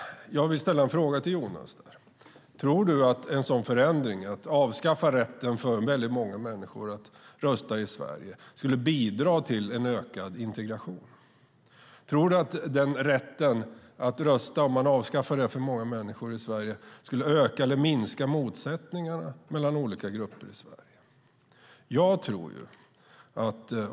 Jag vill fråga Jonas Åkerlund: Tror du att en sådan ändring, att avskaffa rätten för många människor att rösta i Sverige, skulle bidra till ökad integration? Om man avskaffade rätten för många människor att rösta, tror du att det skulle öka eller minska motsättningarna mellan olika grupper i Sverige?